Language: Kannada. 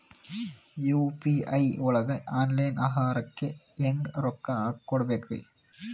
ಯು.ಪಿ.ಐ ಒಳಗ ಆನ್ಲೈನ್ ಆಹಾರಕ್ಕೆ ಹೆಂಗ್ ರೊಕ್ಕ ಕೊಡಬೇಕ್ರಿ?